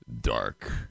dark